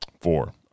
four